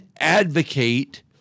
advocate